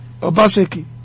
Obaseki